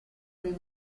dei